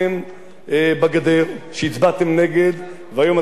שהצבעתם נגד והיום אתם בונים את זה בקצב רצחני,